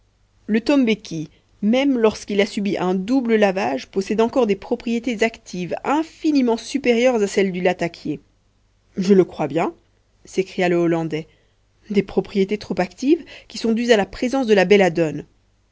le tombéki même lorsqu'il a subi un double lavage possède encore des propriétés actives infiniment supérieures à celles du latakié je le crois bien s'écria le hollandais des propriétés trop actives qui sont dues à la présence de la